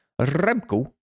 Remko